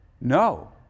No